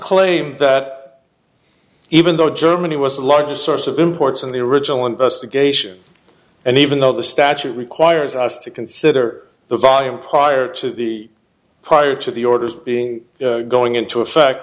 claim that even though germany was the largest source of imports in the original investigation and even though the statute requires us to consider the volume prior to the prior to the orders being going into effect